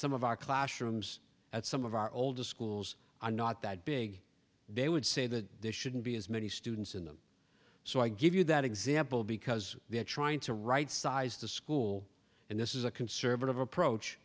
some of our classrooms at some of our oldest schools i'm not that big they would say that there shouldn't be as many students in them so i give you that example because they're trying to right size the school and this is a conservative approach